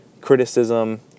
criticism